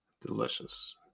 Delicious